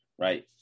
right